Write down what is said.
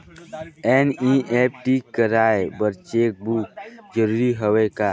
NEFT कराय बर cheque book जरूरी हवय का?